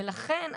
לכן,